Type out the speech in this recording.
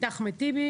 את אחמד טיבי